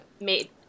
made